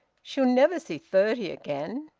she'll never see thirty again.